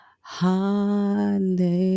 hallelujah